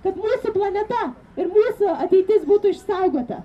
kad mūsų planeta ir mūsų ateitis būtų išsaugota